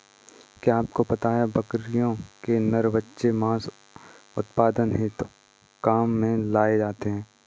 क्या आपको पता है बकरियों के नर बच्चे मांस उत्पादन हेतु काम में लाए जाते है?